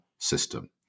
system